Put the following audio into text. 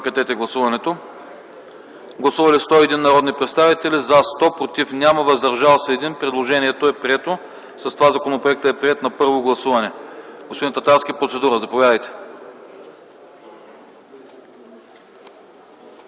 „УРБАКТ ІІ”. Гласували 101 народни представители: за 100, против няма, въздържал се 1. Предложението е прието. С това законопроектът е приет на първо гласуване. Господин Татарски – процедура, заповядайте.